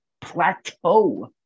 plateau